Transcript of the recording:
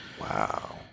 Wow